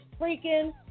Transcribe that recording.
freaking